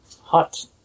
hot